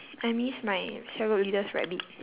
I miss my cell group leader's rabbit